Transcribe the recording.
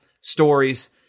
stories